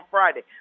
Friday